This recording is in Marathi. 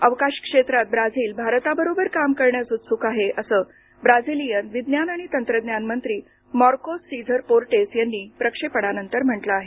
अवकाश क्षेत्रात ब्राझील भारताबरोबर काम करण्यास उत्सुक आहे असं ब्राझीलियन विज्ञान आणि तंत्रज्ञान मंत्री मार्कोस सीझर पोर्टेस यांनी प्रक्षेपणानंतर म्हटलं आहे